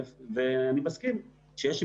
ספטמבר ואוקטובר שעדיין לא הגישו